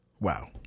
Wow